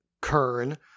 kern